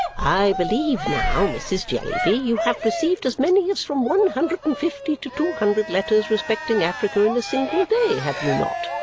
i believe now, mrs. jellyby, you have received as many as from one hundred and fifty to two hundred letters respecting africa in a single day, have you not?